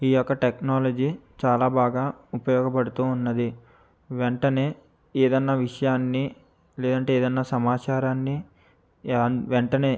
ఈ యొక్క టెక్నాలజీ చాలా బాగా ఉపయోగపడుతూ ఉన్నాది వెంటనే ఏదైనా విషయాన్నీ లేదంటే ఏదైనా సమాచారాన్ని యాన్ వెంటనే